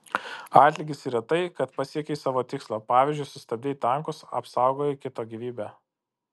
atlygis yra tai kad pasiekei savo tikslą pavyzdžiui sustabdei tankus apsaugojai kito gyvybę